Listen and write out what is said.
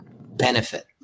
benefit